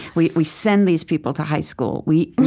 we we send these people to high school. we,